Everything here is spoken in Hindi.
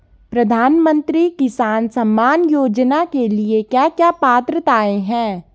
प्रधानमंत्री किसान सम्मान योजना के लिए क्या क्या पात्रताऐं हैं?